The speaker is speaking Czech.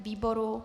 Výboru?